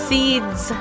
Seeds